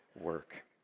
work